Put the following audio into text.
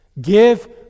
give